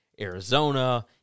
Arizona